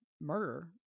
murder